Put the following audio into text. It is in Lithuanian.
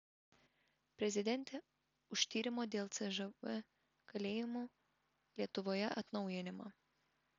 prezidentė už tyrimo dėl cžv kalėjimų lietuvoje atnaujinimą